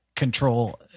Control